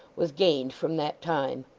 was gained from that time.